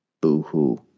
Boo-hoo